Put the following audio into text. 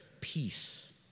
peace